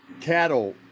cattle